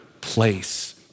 place